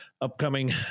upcoming